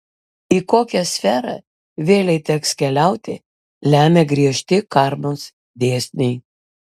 į kokią sferą vėlei teks keliauti lemia griežti karmos dėsniai